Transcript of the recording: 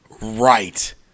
right